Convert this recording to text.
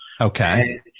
Okay